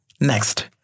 next